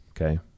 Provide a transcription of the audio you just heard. Okay